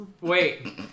Wait